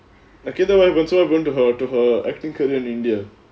நான் கேட்டப்போ:naan kettappo going to her to her acting career in india